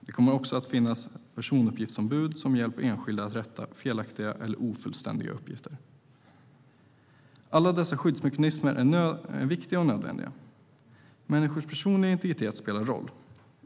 Det kommer också att finnas personuppgiftsombud som hjälper enskilda att rätta felaktiga eller ofullständiga uppgifter. Alla dessa skyddsmekanismer är viktiga och nödvändiga. Människors personliga integritet spelar roll.